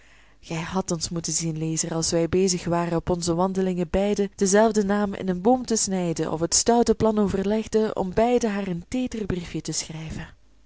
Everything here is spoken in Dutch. gij hadt ons moeten zien lezer als wij bezig waren op onze wandelingen beiden denzelfden naam in een boom te snijden of het stoute plan overlegden om beiden haar een teeder briefje te schrijven